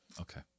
Okay